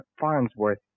Farnsworth